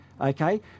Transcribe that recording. Okay